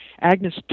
Agnes